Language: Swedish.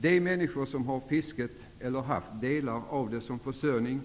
De människor som har fisket eller delar av det som försörjning